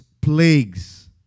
plagues